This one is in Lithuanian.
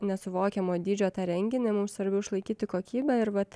nesuvokiamo dydžio tą renginį mums svarbiau išlaikyti kokybę ir vat